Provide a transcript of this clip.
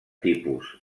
tipus